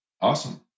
Awesome